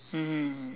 mmhmm